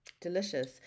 Delicious